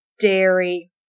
dairy